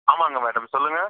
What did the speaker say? ஆமாங்க மேடம் சொல்லுங்கள்